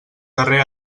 darrer